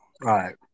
right